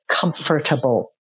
comfortable